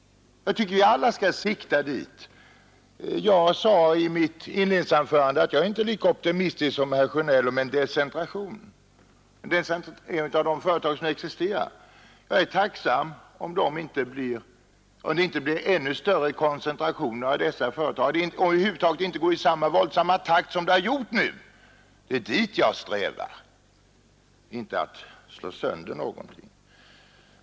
Jag tycker att vi alla skall sikta dit. Jag sade i mitt inledningsanförande att jag inte är lika optimistisk som herr Sjönell om en decentralisering av de företag som nu existerar. Jag är tacksam om det inte blir ännu större koncentrationer av dessa företag och att den utvecklingen över huvud taget inte går i samma våldsamma takt som den har gjort nu. Det är dit jag strävar, inte till att slå sönder någonting.